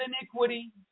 iniquity